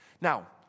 Now